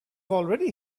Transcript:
already